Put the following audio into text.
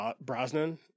Brosnan